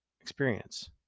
experience